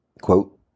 quote